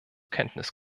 kenntnis